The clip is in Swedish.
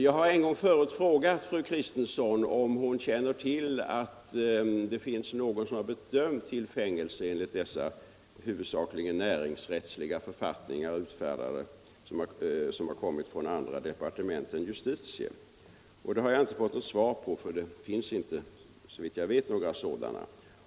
Jag har en gång förut frågat fru Kristensson om hon känner till några personer som har blivit dömda till fängelse enligt dessa huvudsakligen näringsrättsliga författningar som har kommit från andra departement än justitiedepartementet. Det har jag inte fått något svar på. Det finns inte, såvitt jag vet, några sådana.